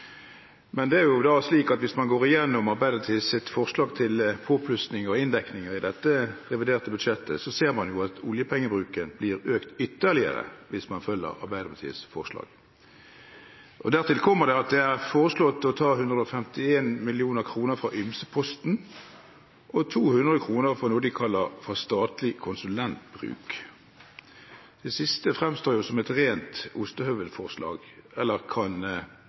Men hvis man går igjennom Arbeiderpartiets forslag til påplussinger og inndekninger i dette reviderte budsjettet, ser man jo at oljepengebruken blir økt ytterligere hvis man følger Arbeiderpartiets forslag. Dertil kommer det at det er foreslått å ta 151 mill. kr fra ymseposten, og 200 mill. kr fra noe de kaller Statlig konsulentbruk. Det siste fremstår som et rent ostehøvelforslag. Eller kan